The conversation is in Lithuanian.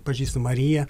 pažįstu mariją